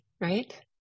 right